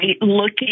looking